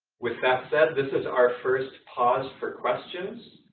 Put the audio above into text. with that said, this is our first pause for questions.